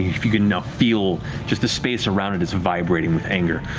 you can now feel just the space around it is vibrating with anger.